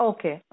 Okay